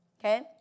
okay